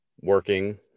working